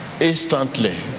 instantly